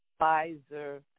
Pfizer